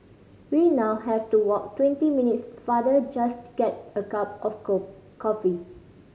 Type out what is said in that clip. we now have to walk twenty minutes farther just to get a cup of coffee